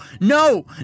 No